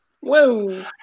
Whoa